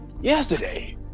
yesterday